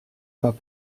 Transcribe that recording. pas